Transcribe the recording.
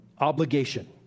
obligation